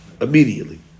immediately